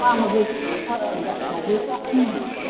হয় হাজৰিকা হাজৰিকা হয় নহয়